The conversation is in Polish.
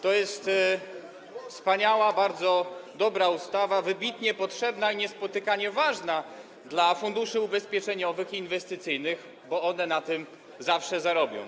To jest wspaniała, bardzo dobra ustawa, wybitnie potrzebna i niespotykanie ważna dla funduszy ubezpieczeniowych i inwestycyjnych, bo one na tym zawsze zarobią.